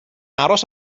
aros